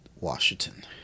Washington